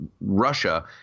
Russia